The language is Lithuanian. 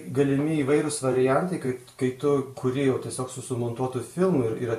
galimi įvairūs variantai kai kai tu kūri jau tiesiog su sumontuotu filmu ir